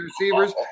receivers